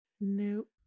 Nope